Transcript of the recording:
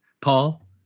Paul